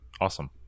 Awesome